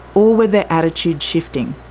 or were their attitudes shifting?